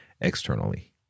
externally